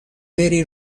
بری